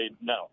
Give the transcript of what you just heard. No